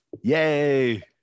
Yay